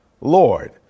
Lord